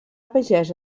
pagès